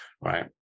right